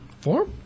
Four